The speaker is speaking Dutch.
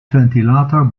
ventilator